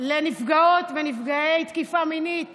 לנפגעות ונפגעי תקיפה מינית